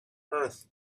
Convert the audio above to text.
earth